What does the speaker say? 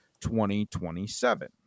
2027